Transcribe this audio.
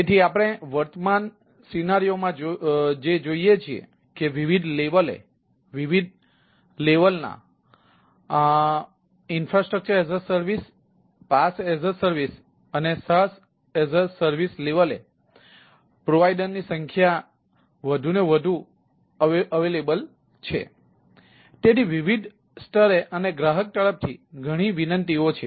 તેથી વિવિધ સ્તરે અને ગ્રાહક તરફથી ઘણી વિનંતીઓ છે